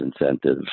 incentives